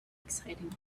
exciting